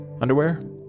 Underwear